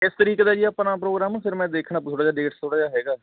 ਕਿਸ ਤਰੀਕ ਦਾ ਜੀ ਆਪਣਾ ਪ੍ਰੋਗਰਾਮ ਫਿਰ ਮੈਂ ਦੇਖਣਾ ਥੋੜ੍ਹਾ ਜਿਹਾ ਡੇਟ ਥੋੜ੍ਹਾ ਜਿਹਾ ਹੈਗਾ